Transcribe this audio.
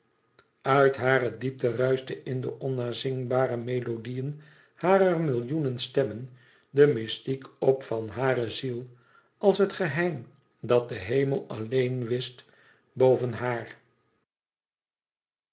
uit hare diepte ruischte in de onnazingbare melodieën harer millioenen stemmen de mystiek op van hare ziel als het geheim dat de hemel alleen wist bven haar